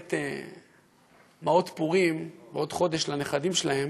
לתת מעות פורים בעוד חודש לנכדים שלהם,